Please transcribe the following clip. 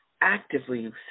actively